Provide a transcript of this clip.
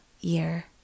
year